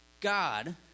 God